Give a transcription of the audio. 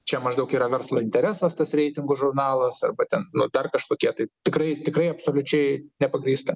čia maždaug yra verslo interesas tas reitingų žurnalas arba ten nu dar kažkokie tai tikrai tikrai absoliučiai nepagrįsta